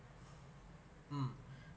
mm